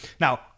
Now